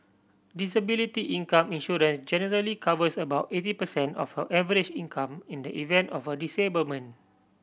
disability income insurance generally covers about eighty percent of her average income in the event of a disablement